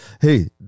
Hey